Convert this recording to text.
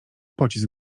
pocisk